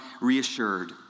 reassured